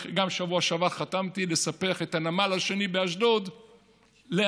בשבוע שעבר גם חתמתי על סיפוח הנמל השני באשדוד לאשדוד.